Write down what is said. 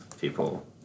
people